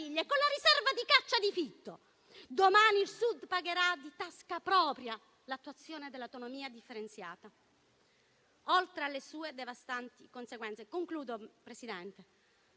alla riserva di caccia di Fitto. Domani il Sud pagherà di tasca propria l'attuazione dell'autonomia differenziata, oltre alle sue devastanti conseguenze.